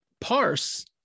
parse